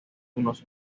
unos